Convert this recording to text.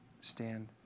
stand